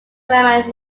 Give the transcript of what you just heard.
climate